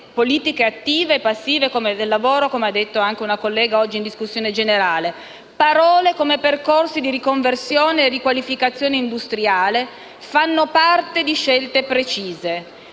politiche attive e passive del lavoro, come ha detto una collega nel corso della discussione generale. Espressioni come "percorsi di riconversione e riqualificazione industriale" fanno parte di scelte precise